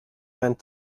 and